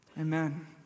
Amen